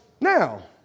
now